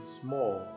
small